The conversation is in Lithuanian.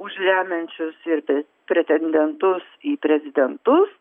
už remiančius pretendentus į prezidentus